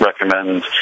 recommend